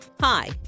Hi